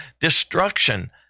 destruction